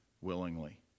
willingly